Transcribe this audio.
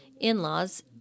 in-laws